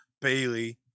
Bailey